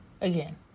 again